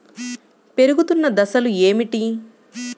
పెరుగుతున్న దశలు ఏమిటి?